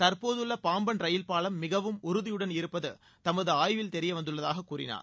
தற்போதுள்ள பாம்பன் ரயில்பாலம் மிகவும் உறுதியுடன் இருப்பது தமது ஆய்வில் தெரிய வந்துள்ளதாகக் கூறினார்